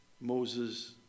Moses